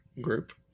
group